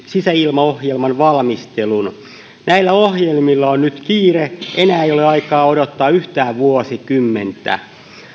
sisäilmaohjelman valmistelun näillä ohjelmilla on nyt kiire enää ei ole aikaa odottaa yhtään vuosikymmentä